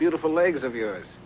beautiful legs of yours